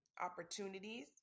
opportunities